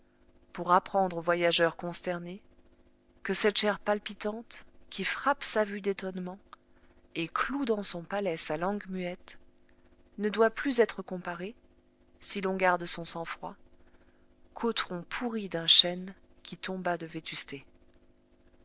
pour apprendre au voyageur consterné que cette chair palpitante qui frappe sa vue d'étonnement et cloue dans son palais sa langue muette ne doit plus être comparée si l'on garde son sang-froid qu'au tronc pourri d'un chêne qui tomba de vétusté